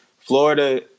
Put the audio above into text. Florida